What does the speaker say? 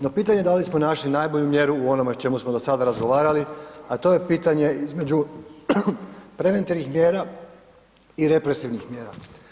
No pitanje je da li smo našli najbolju mjeru u onome o čemu smo do sada razgovarali, a to je pitanje između preventivnih mjera i represivnih mjera.